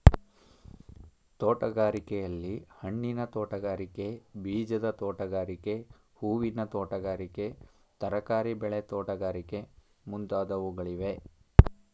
ತೋಟಗಾರಿಕೆಯಲ್ಲಿ, ಹಣ್ಣಿನ ತೋಟಗಾರಿಕೆ, ಬೀಜದ ತೋಟಗಾರಿಕೆ, ಹೂವಿನ ತೋಟಗಾರಿಕೆ, ತರಕಾರಿ ಬೆಳೆ ತೋಟಗಾರಿಕೆ ಮುಂತಾದವುಗಳಿವೆ